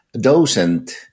docent